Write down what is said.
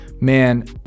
man